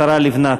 השרה לבנת,